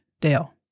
Dale